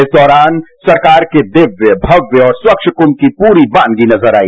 इस दौरान सरकार के दिव्य भव्य और स्वच्छ कुम्म की पूरी बानगी नजर आई